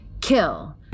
Kill